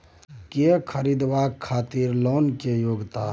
कैर खरीदवाक खातिर लोन के योग्यता?